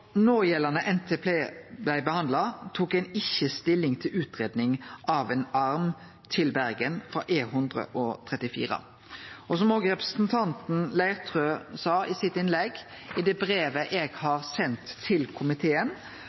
NTP blei behandla, tok ein ikkje stilling til utgreiing av ein arm til Bergen frå E134. Som representanten Leirtrø sa i sitt innlegg, seier eg i det brevet eg har sendt til komiteen,